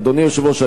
אדוני היושב-ראש,